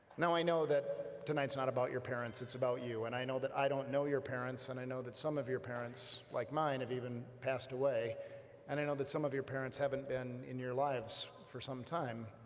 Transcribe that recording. i know that tonight's not about your parents, it's about you and i know that i don't know your parents and i know that some of your parents like mine have even passed away and i know that some of your parents haven't been in your lives for some time.